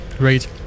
Great